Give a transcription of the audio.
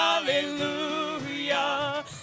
Hallelujah